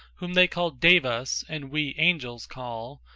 whom they called devas and we angels call,